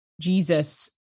Jesus